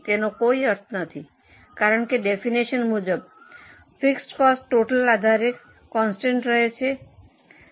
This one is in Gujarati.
તેનો કોઈ અર્થ નથી કારણ કે ડેફીનિશન મુજબ ફિક્સ કોસ્ટ ટોટલ આધારે કોન્સ્ટન્ટ રહે છે